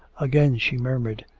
again she murmured,